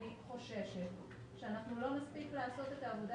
אני חוששת שאנחנו לא נספיק לעשות את העבודה